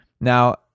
Now